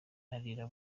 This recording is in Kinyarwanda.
arira